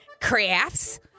crafts